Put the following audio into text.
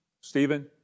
Stephen